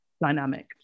dynamic